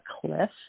cliff